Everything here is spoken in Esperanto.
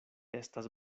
estas